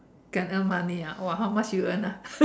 can earn money ah !wah! how much you earn ah